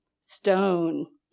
stone